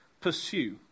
Pursue